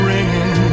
Ringing